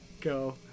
go